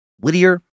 Whittier